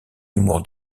humour